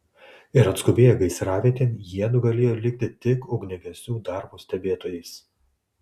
ir atskubėję gaisravietėn jiedu galėjo likti tik ugniagesių darbo stebėtojais